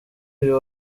uyu